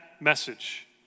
message